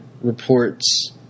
reports